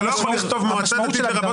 אתה לא יכול לכתוב מועצה דתית לרבות